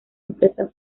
empresa